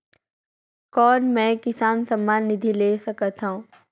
कौन मै किसान सम्मान निधि ले सकथौं?